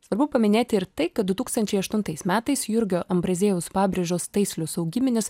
svarbu paminėti ir tai kad du tūkstančiai aštuntais metais jurgio ambraziejaus pabrėžos taislius augyminis